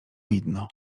widno